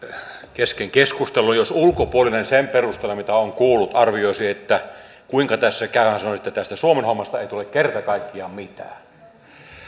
kesken keskustelun jos ulkopuolinen sen perusteella mitä on kuullut arvioisi kuinka tässä käy hän sanoisi että tästä suomen hommasta ei tule kerta kaikkiaan mitään